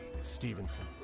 Stevenson